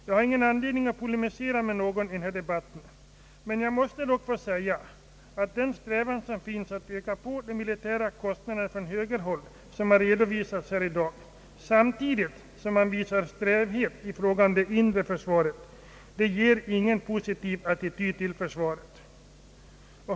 Jag har ingen anledning att polemisera mot någon i denna debatt, men jag måste säga att den strävan som finns från högerns sida att öka de militära kostnaderna — något som har redovisats här i dag — samtidigt som högern visar njugghet när det gäller det inre försvaret ger ingen positiv attityd till försvaret.